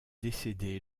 décédé